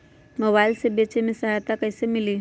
Mobile से बेचे में सहायता कईसे मिली?